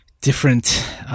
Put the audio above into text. different